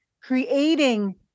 creating